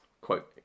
quote